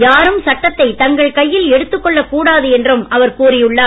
யாரும் சட்டத்தை தங்கள் கையில் எடுத்துக் கொள்ளக் கூடாது என்றும் அவர் கூறி உள்ளார்